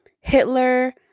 Hitler